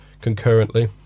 concurrently